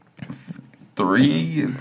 Three